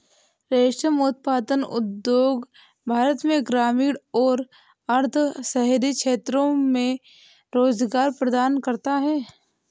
रेशम उत्पादन उद्योग भारत में ग्रामीण और अर्ध शहरी क्षेत्रों में रोजगार प्रदान करता है